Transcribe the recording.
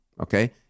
Okay